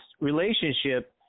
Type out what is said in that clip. relationship